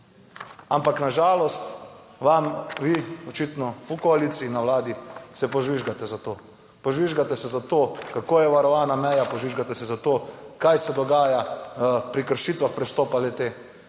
ampak na žalost vam, vi očitno v koaliciji in na Vladi se požvižgate za to, požvižgate se za to kako je varovana meja. Požvižgate se za to kaj se dogaja pri kršitvah prestopa le te,